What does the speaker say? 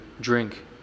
drink